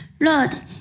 Lord